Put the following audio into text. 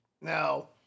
Now